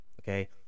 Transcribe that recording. okay